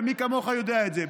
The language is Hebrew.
ומי כמוך יודע את זה.